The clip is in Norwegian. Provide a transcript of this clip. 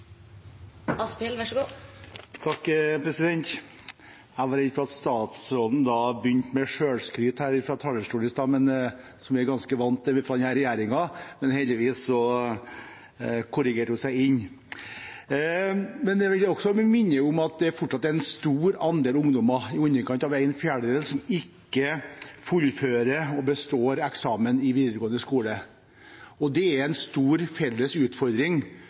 Jeg var redd for at statsråden begynte med selvskryt fra talerstolen i sted, noe vi er ganske vant til fra denne regjeringen, men heldigvis korrigerte hun seg inn. Jeg vil også minne om at det fortsatt er en stor andel ungdom, i underkant av en fjerdedel, som ikke fullfører og består eksamen i videregående skole. Det er en stor felles utfordring,